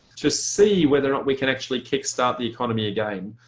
just see whether we can actually kick-start the economy again.